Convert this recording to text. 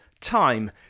time